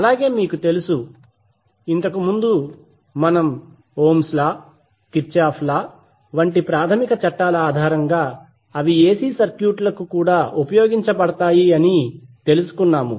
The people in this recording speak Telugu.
అలాగే మీకు తెలుసు ఇంతకుముందు మనం Ohm's law Kirchhoff law Kirchoff's law వంటి ప్రాథమిక చట్టాల ఆధారంగా అవి ఎసి సర్క్యూట్ లకు కూడా ఉపయోగించబడతాయి అని తెలుసుకున్నాము